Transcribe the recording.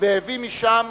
והביא משם